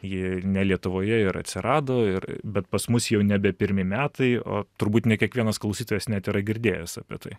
ji ne lietuvoje ir atsirado ir bet pas mus jau nebe pirmi metai o turbūt ne kiekvienas klausytojas net yra girdėjęs apie tai